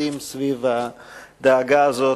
מתאחדים סביב הדאגה הזאת,